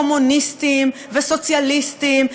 קומוניסטים וסוציאליסטים,